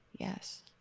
Yes